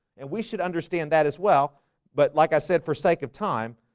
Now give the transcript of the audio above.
and we should understand that as well but like i said for sake of time,